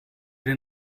den